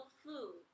food